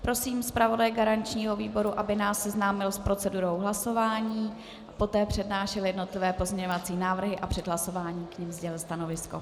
Prosím zpravodaje garančního výboru, aby nás seznámil s procedurou hlasování, poté přednášel jednotlivé pozměňovací návrhy a před hlasováním k nim sdělil stanovisko.